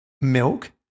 milk